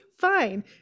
fine